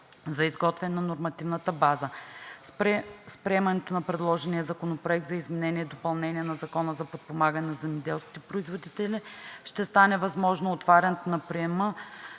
за изготвяне на нормативната база. С приемането на предложения Законопроект за изменение и допълнение на Закона за подпомагане на земеделските производители ще стане възможно отварянето на приема